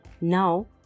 now